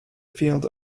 field